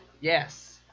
Yes